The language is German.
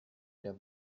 der